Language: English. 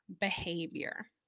behavior